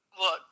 look